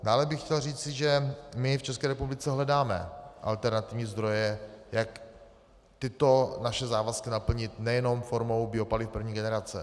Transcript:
Dále bych chtěl říci, že my v České republice hledáme alternativní zdroje, jak tyto naše závazky naplnit nejenom formou biopaliv první generace.